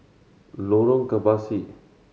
Lorong Kebasi